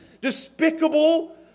despicable